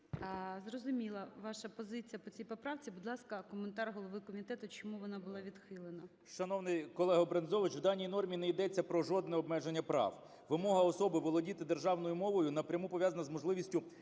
Зрозуміла ваша позиція по цій поправці. Будь ласка, коментар голови комітету, чому вона була відхилена. 13:17:30 КНЯЖИЦЬКИЙ М.Л. Шановний колегоБрензович, в даній нормі не йдеться про жодне обмеження прав. Вимога особи володіти державною мовою напряму пов'язана з можливістю